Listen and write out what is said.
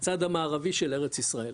לצד המערבי של ארץ ישראל.